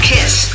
Kiss